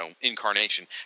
incarnation